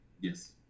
Yes